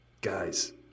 Guys